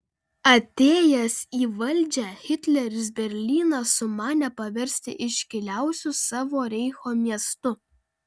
atėjęs į valdžią hitleris berlyną sumanė paversti iškiliausiu savo reicho miestu